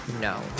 No